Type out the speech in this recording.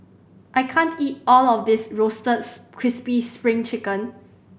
I can't eat all of this roasted crispy Spring Chicken